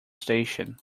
station